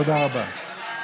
תודה רבה.